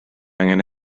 angen